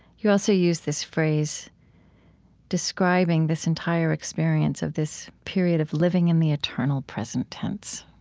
you also use this phrase describing this entire experience of this period of living in the eternal present tense.